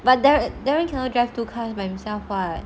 but daryl daryl cannot drive two cars by himself [what]